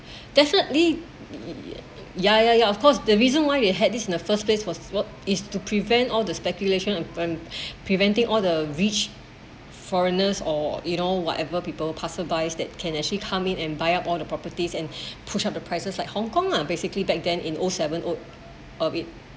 definitely ya ya ya of course the reason why you had this in the first place was is to prevent all the speculation preventing all the rich foreigners or you know whatever people passerby that can actually come in and buy up all the properties and push up the prices like Hong-Kong [la] basically in O seven O eight of it